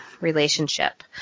relationship